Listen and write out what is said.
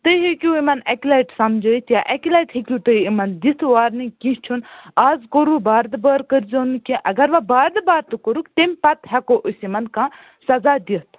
تۄہہ ہیٚکِو یِمن اَکہِ لَٹہِ سمجٲوِتھ یا اَکہِ لَٹہِ ہیٚکِو تُہی یِمن دِتھ وارنِنٛگ کیٚنٛہہ چھُنہ از کوروٕ بار دُبارٕ کٔرزیٚو نہٕ کیٚنٛہہ اگر وۄنۍ بار دُبارٕ تہِ کوٚرُکھ تمہِ پَتہٕ ہیٚکو أسۍ یِمن کانٛہہ سزا دِتھ